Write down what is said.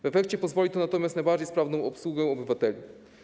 W efekcie pozwoli to natomiast na bardziej sprawną obsługę obywateli.